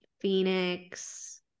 phoenix